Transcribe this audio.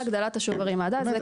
והגדלת השוברים עד אז.